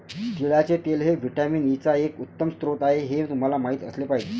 तिळाचे तेल हे व्हिटॅमिन ई चा एक उत्तम स्रोत आहे हे तुम्हाला माहित असले पाहिजे